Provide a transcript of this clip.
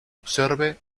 observe